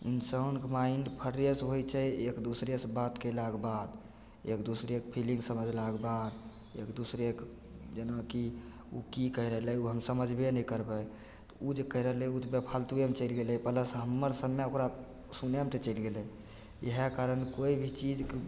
इंसानके mind fresh होइ छै एक दुसरेसँ बात कयलाक बाद एक दुसरेके फिलिंग समझलाक बाद एक दुसरेके जेनाकि उ की कहि रहलय उ हम समझबे नहि करबय तऽ उ जे कहि रहलय बेफालतुवेमे चलि गेलय प्लस हमर समय ओकरा सुनयमे तऽ चलि गेलय इएहे कारण कोइ भी चीजके